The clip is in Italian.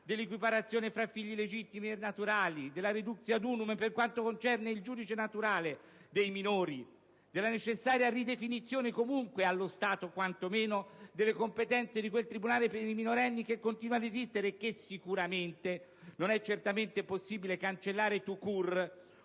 dell'equiparazione tra figli legittimi e naturali, della *reductio ad unum* per quanto concerne il giudice naturale dei minori, della necessaria ridefinizione, comunque demandata allo Stato quantomeno delle competenze di quel tribunale per i minorenni che continua ad esistere e che sicuramente non è possibile cancellare *tout